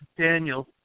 daniel